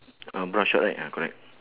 ah brown short right ah correct